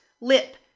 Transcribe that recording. lip